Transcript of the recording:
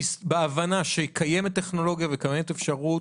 בהבנה שקיימת טכנולוגיה וקיימת אפשרות,